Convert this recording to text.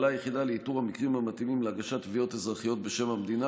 היחידה פעלה לאיתור המקרים המתאימים להגשת תביעות אזרחיות בשם המדינה,